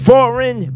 Foreign